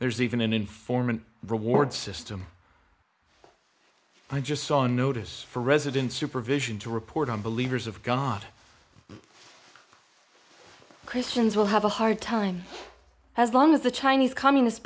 there's even an informant reward system i just saw a notice for resident supervision to report on believers of god christians will have a hard time as long as the chinese communist